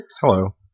Hello